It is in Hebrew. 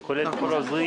זה כולל את כל העוזרים.